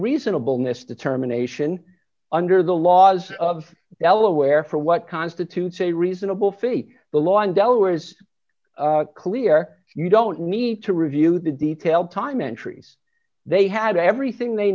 reasonable nest determination under the laws of delaware for what constitutes a reasonable fee the law in delaware is clear you don't need to review the detail time entries they had everything they